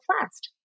fast